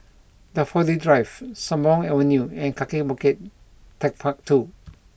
Daffodil Drive Sembawang Avenue and Kaki Bukit Techpark two